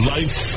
Life